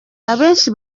akenshi